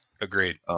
Agreed